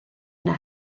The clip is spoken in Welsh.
yna